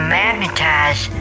magnetize